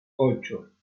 ocho